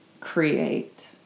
create